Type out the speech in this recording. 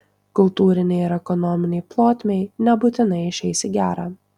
kultūrinei ir ekonominei plotmei nebūtinai išeis į gerą